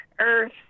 earth